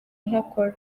nkokora